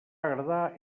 agradar